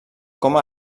coma